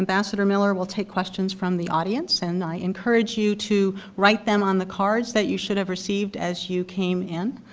ambassador miller will take questions from the audience and i encourage you to write them on the cards that you should have received as you came in.